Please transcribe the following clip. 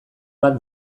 bat